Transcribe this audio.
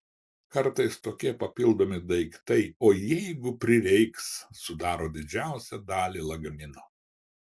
kartais tokie papildomi daiktai o jeigu prireiks sudaro didžiausią dalį lagamino